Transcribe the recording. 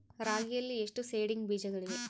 ರಾಗಿಯಲ್ಲಿ ಎಷ್ಟು ಸೇಡಿಂಗ್ ಬೇಜಗಳಿವೆ?